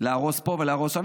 להרוס פה ולהרוס שם.